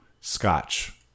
Scotch